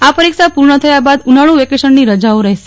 આ પરીક્ષા પૂર્ણ થયા બાદ ઉનાળુ વેકેશનની રજાઓ રહેશે